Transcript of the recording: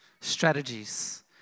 strategies